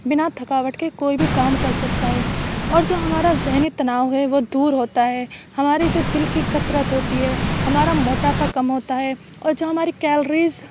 بنا تھکاوٹ کے کوئی بھی کام کر سکتا ہے اور جو ہمارا ذہنی تناؤ ہے وہ دور ہوتا ہے ہماری جو دِل کی کثرت ہوتی ہے ہمارا موٹاپا کم ہوتا ہے اور جو ہماری کیلریز